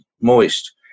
moist